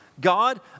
God